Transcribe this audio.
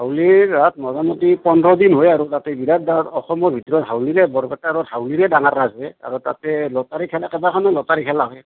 হাউলিৰ ৰাস মোটামুটি পোন্ধৰ দিন হয় আৰু তাতে বিৰাট ডাঙৰ অসমৰ ভিতৰত হাউলিৰে বৰপেটাৰ হাউলিৰে ডাঙাৰ ৰাস হয় আৰু তাতে লটাৰী খেলা কেইবাখনো লটাৰী খেলা হয়